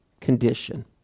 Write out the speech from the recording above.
condition